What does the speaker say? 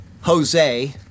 Jose